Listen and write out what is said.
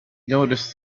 noticed